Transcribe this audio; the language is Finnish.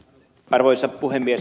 arvoisa puhemies